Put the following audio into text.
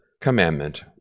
commandment